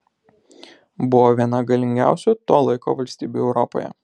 buvo viena galingiausių to laiko valstybių europoje